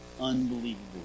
unbelievable